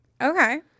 Okay